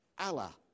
Allah